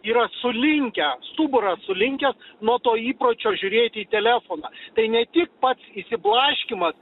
yra sulinkę stuburas sulinkęs nuo to įpročio žiūrėt į telefoną tai ne tik pats išsiblaškymas